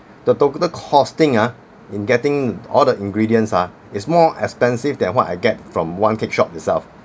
the total costing ah in getting all the ingredients ah is more expensive than what I get from one cake shop itself